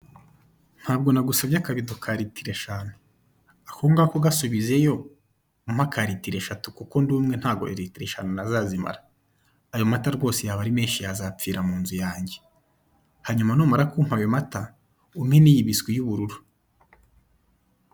Ntabwo nagusabye akabido ka litiro eshanu, akangako gasubizeyo umpe aka litiro eshetu kuko ndumwe ntabwo litiro eshanu nazazimara ayo mata rwose yabari menshi yazapfira munzu yajye, hanyuma numara kumpa ayo mata umpe niyi biswi y'ubururu.